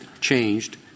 changed